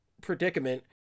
predicament